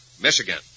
Michigan